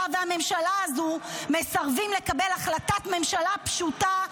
והממשלה הזו מסרבים לקבל החלטת ממשלה פשוטה,